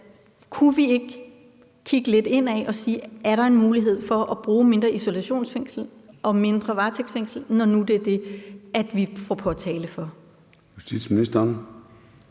Kunne vi ikke kigge lidt indad og sige: Er der en mulighed for at bruge mindre isolationsfængsel og mindre varetægtsfængsel, når nu det er det, vi får påtale for?